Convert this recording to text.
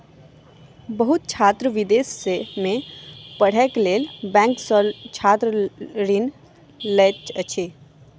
बहुत छात्र विदेश में पढ़ैक लेल बैंक सॅ छात्र ऋण लैत अछि